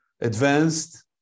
advanced